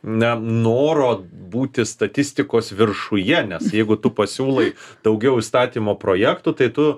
na noro būti statistikos viršuje nes jeigu tu pasiūlai daugiau įstatymo projektų tai tu